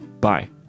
Bye